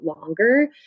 longer